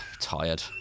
tired